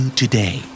today